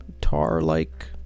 tar-like